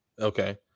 Okay